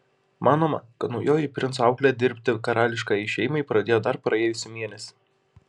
manoma kad naujoji princo auklė dirbti karališkajai šeimai pradėjo dar praėjusį mėnesį